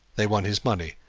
they won his money,